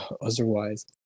otherwise